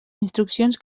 instruccions